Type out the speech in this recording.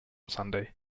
sunday